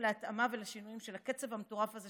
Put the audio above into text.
להתאמה ולשינויים של הקצב המטורף הזה,